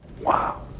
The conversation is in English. Wow